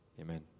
Amen